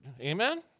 Amen